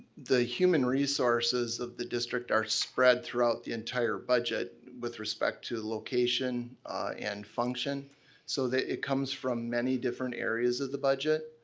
the human resources of the district are spread throughout the entire budget with respect to location and function so that it comes from many different areas of the budget.